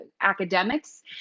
academics